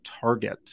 target